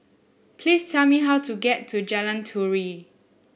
please tell me how to get to Jalan Turi